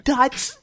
Dots